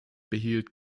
behielt